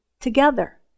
together